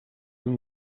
amb